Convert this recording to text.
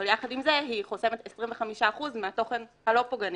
אבל יחד עם זה היא חוסמת 25% מהתוכן הלא פוגעני.